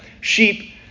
sheep